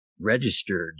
registered